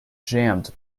jammed